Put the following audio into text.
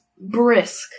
brisk